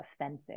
offensive